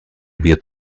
wird